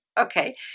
Okay